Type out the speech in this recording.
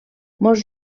molts